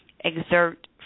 Exert